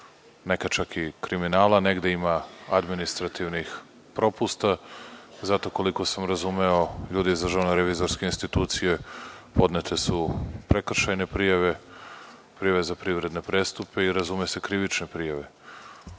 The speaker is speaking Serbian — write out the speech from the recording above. neka čak i kriminala. Negde ima administrativnih propusta, zato koliko sam razumeo ljudi iz DRI podnete su prekršajne prijave, prijave za privredne prestupe i razume se krivične prijave. Da